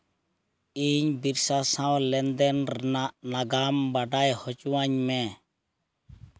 ᱤᱧ ᱵᱤᱨᱥᱟ ᱥᱟᱶ ᱞᱮᱱᱫᱮᱱ ᱨᱮᱱᱟᱜ ᱱᱟᱜᱟᱢ ᱵᱟᱰᱟᱭ ᱦᱚᱪᱚᱭᱟᱹᱧ ᱢᱮ